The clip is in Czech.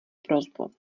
prosbu